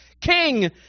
king